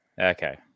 Okay